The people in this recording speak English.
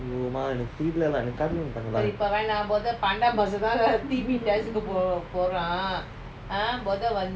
சோஅம்மாஎனக்கு:soo amma enaku